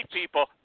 people